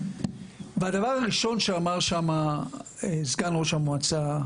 והדבר הראשון שאמר שם סגן ראש המועצה,